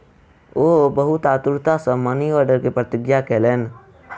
ओ बहुत आतुरता सॅ मनी आर्डर के प्रतीक्षा कयलैन